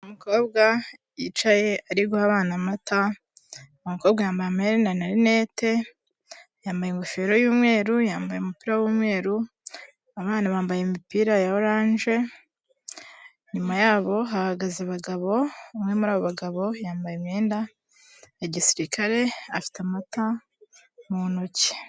Umukobwa yicaye ari guha abana amata, uwo umukobwa yambaye amaherena na rinete, yambaye ingofero y'umweru yambaye umupira w'umweru abana bambaye imipira ya oranje, inyuma yabo hahagaze abagabo umwe muri aba bagabo yambaye imyenda ya gisirikare afite amata mu ntoki.